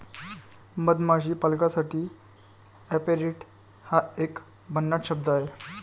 मधमाशी पालकासाठी ऍपेरिट हा एक भन्नाट शब्द आहे